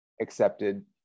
accepted